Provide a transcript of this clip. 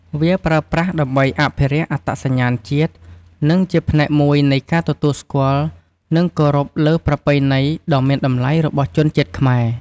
វាប្រើប្រាស់ដើម្បីអភិរក្សអត្តសញ្ញាណជាតិ និងជាផ្នែកមួយនៃការទទួលស្គាល់និងគោរពលើប្រពៃណីដ៏មានតម្លៃរបស់ជនជាតិខ្មែរ។